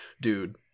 dude